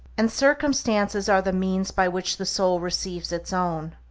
and circumstances are the means by which the soul receives its own.